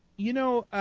you know